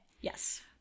yes